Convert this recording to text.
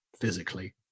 physically